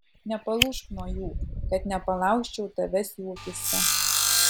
nepalūžk nuo jų kad nepalaužčiau tavęs jų akyse